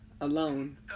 Alone